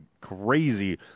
crazy